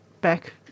back